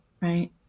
Right